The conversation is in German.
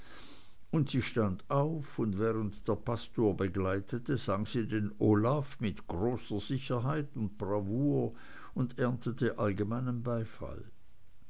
und sie stand auf und während der pastor begleitete sang sie den olaf mit großer sicherheit und bravour und erntete allgemeinen beifall